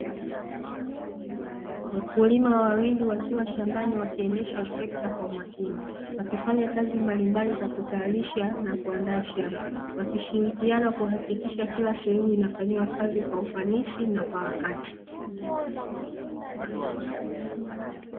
Wakulima wawili wakiwa shambani wakiendesha trekta kwa makini, wakifanya kazi mbalimbali za kutayarisha na kuandaa shamba; wakishirikana kuhakikisha kila sehemu inafanyiwa kazi kwa ufanisi na kwa wakati.